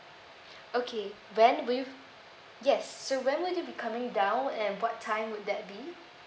okay when will you yes so when will you be coming down and what time would that be